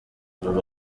dushaka